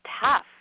tough